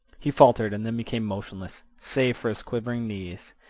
he faltered, and then became motionless, save for his quivering knees.